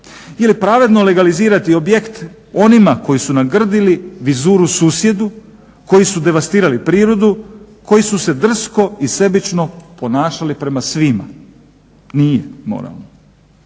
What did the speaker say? Jeli pravedno legalizirati objekt onima koji su nagrdili vizuru susjedu, koji su devastirali prirodu, koji su se drsko i sebično ponašali prema svima? Nije moralno.